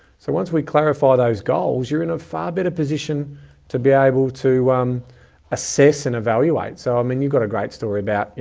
so once we clarify those goals, you're in a far better position to be able to um assess and evaluate. so i mean you've got a great story about,